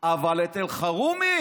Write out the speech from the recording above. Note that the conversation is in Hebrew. אבל אלחרומי